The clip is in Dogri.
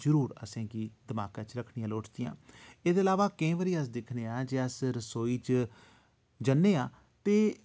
जरूर असेंगी दमाकै च रक्खनियां लोड़चदियां एह्दे अलावा केईं बारी अस दिक्खने आं कि अस रसोई च जन्ने आं ते